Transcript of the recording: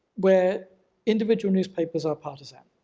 where individual newspapers are partisan.